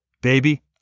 Baby